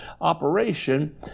operation